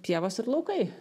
pievos ir laukai